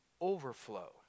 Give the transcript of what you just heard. overflow